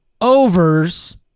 overs